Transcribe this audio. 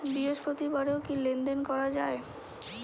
বৃহস্পতিবারেও কি লেনদেন করা যায়?